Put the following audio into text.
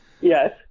Yes